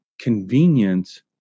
convenience